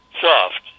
soft